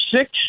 six